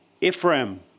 Ephraim